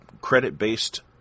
credit-based